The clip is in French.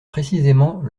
précisément